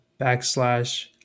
backslash